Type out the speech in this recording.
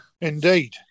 Indeed